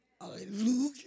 Hallelujah